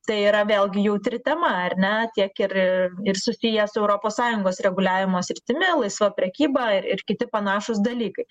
tai yra vėlgi jautri tema ar ne tiek ir ir susiję su europos sąjungos reguliavimo sritimi laisva prekyba ir kiti panašūs dalykai